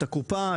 את הקופה,